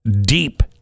deep